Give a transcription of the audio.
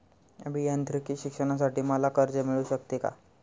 अभियांत्रिकी शिक्षणासाठी मला कर्ज मिळू शकते का?